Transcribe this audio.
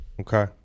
Okay